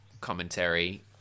commentary